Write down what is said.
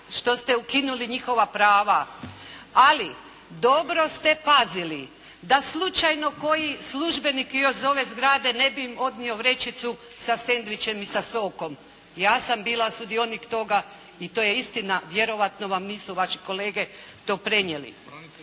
što ste ukinuli njihova prava. Ali, dobro ste pazili da slučajno koji službenik iz ove zgrade ne bi im odnio vrećicu sa sendvičem i sa sokom. Ja sam bila sudionik toga i to je istina, vjerojatno vam nisu vaši kolege to prenijeli.